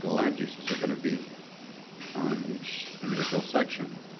land uses are going to be on each individual section